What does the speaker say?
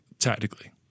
tactically